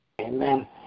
Amen